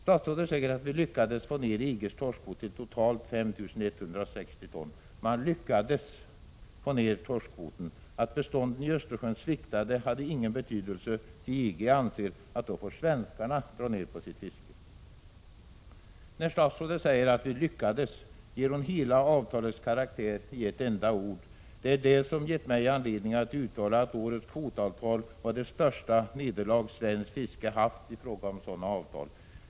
Statsrådet säger att vi lyckades få ner EG:s torskkvot till totalt 5 160 ton. Man lyckades få ner torskkvoten. Att bestånden i Östersjön sviktade har ingen betydelse, ty EG anser att svenskarna då får dra ner på sitt fiske. När statsrådet säger att vi lyckades ger hon hela avtalets karaktär i ett enda ord. Det är det som har gett mig anledning att uttala att årets kvotavtal är det största nederlag svenskt fiske har lidit i fråga om sådana avtal.